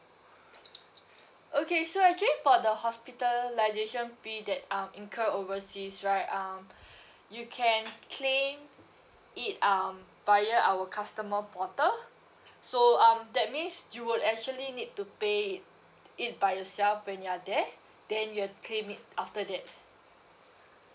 okay so actually for the hospitalization fee that um incur overseas right um you can claim it um via our customer portal so um that means you would actually need to pay it it by yourself when you are there then you'll claim it after that